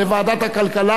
ועוברת מייד לוועדת הכלכלה,